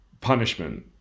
punishment